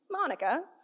Monica